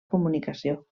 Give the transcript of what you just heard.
comunicació